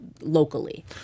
locally